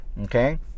Okay